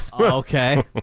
Okay